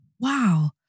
wow